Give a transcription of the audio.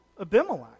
Abimelech